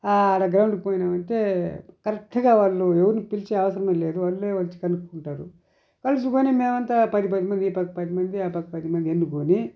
ఆడ గ్రౌండ్కి పోయినామంటే కరెక్ట్గా నువ్వు ఎవరిని పిలిచి అవసరమే లేదు వాళ్ళే వచ్చి కలుసుకుంటారు కలుసుకొని మేమంతా పది పది మంది ఈ పక్క పదిమంది ఆ పక్క పదిమంది ఎన్నుకుని